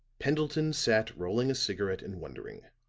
pendleton sat rolling a cigarette and wondering,